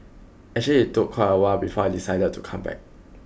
actually it took quite a while before I decided to come back